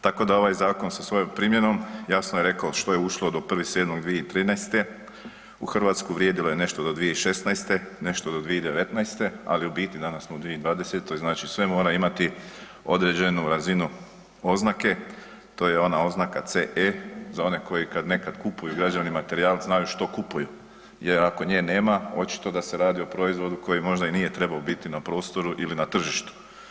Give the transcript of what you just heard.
Tako da ovaj zakon sa svojom primjenom, jasno je rekao što je ušlo do 1.7.2013. u Hrvatsku, vrijedilo je nešto do 2016., nešto do 2019. ali u biti danas smo u 2020., znači sve mora imati određenu razinu oznake, to je ona oznaka CE, za one koji kad nekad kupuju građevni materijal, znaju što kupuju jer ako nje nema, očito da se radi o proizvodu koji možda i nije trebao biti na prostoru ili na tržištu.